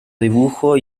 dibujo